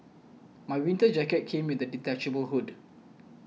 my winter jacket came with a detachable hood